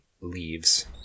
leaves